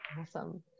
Awesome